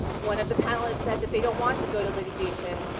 one of the panelists said that they don't want to go to litigation.